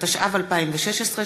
התשע"ו 2016,